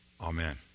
Amen